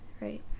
right